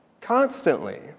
constantly